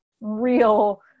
real